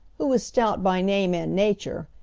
who was stout by name and nature,